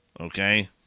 Okay